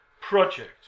project